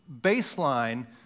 baseline